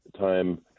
time